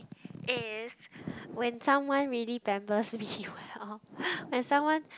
if when someone really pampers me well when someone